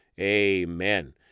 amen